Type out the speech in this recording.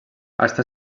està